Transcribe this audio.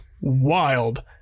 wild